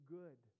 good